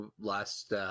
last